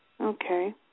Okay